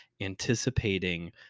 anticipating